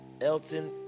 Elton